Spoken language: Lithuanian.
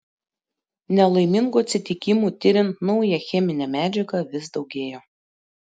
nelaimingų atsitikimų tiriant naują cheminę medžiagą vis daugėjo